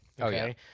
Okay